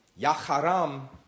Yaharam